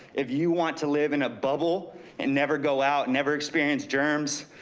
if you want to live in a bubble and never go out, never experienced germs,